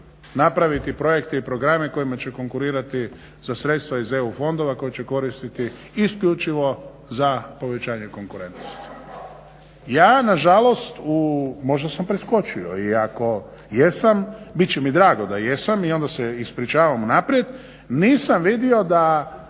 napraviti projekte i programe kojima će konkurirati za sredstva iz EU fondova koja će koristiti isključivo za povećanje konkurentnosti. Ja na žalost u, možda sam preskočio, i ako jesam bit će mi drago da jesam i onda se ispričavam unaprijed nisam vidio da